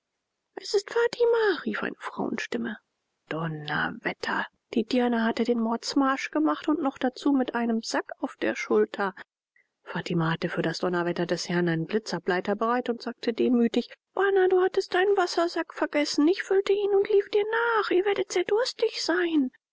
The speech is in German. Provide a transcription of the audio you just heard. es ist fatima rief eine frauenstimme donnerwetter die dirne hatte den mordsmarsch gemacht und noch dazu mit einem sack auf der schulter fatima hatte für das donnerwetter des herrn einen blitzableiter bereit und sagte demütig bana du hattest deinen wassersack vergessen ich füllte ihn und lief dir nach ihr werdet sehr durstig sein